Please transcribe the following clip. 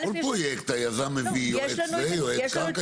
בכל פרויקט היזם מביא יועץ לזה, יועץ קרקע.